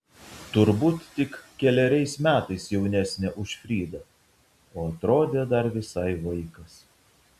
turbūt tik keleriais metais jaunesnė už fridą o atrodė dar visai vaikas